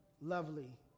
lovely